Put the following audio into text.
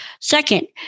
Second